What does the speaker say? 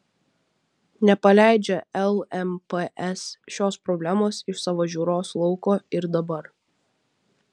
nepaleidžia lmps šios problemos iš savo žiūros lauko ir dabar